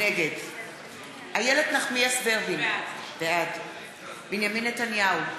נגד איילת נחמיאס ורבין, בעד בנימין נתניהו,